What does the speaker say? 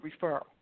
referral